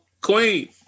Queen